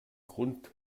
grund